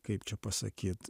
kaip čia pasakyt